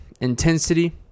Intensity